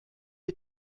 les